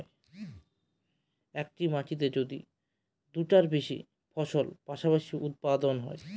এক মাটিতে যদি দুইটার বেশি ফসল পাশাপাশি উৎপাদন হয়